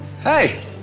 Hey